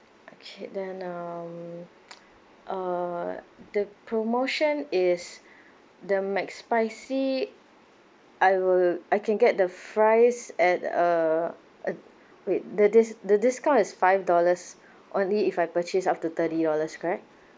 okay then um uh the promotion is the mcspicy I will I can get the fries at uh uh wait the dis~ the discount is five dollars only if I purchase up to thirty dollars correct